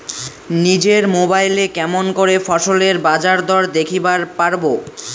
নিজের মোবাইলে কেমন করে ফসলের বাজারদর দেখিবার পারবো?